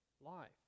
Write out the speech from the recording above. life